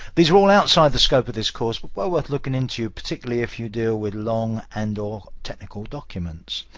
these are all outside the scope of this course but well worth looking into, particularly if you deal with long and or technical documents.